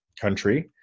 country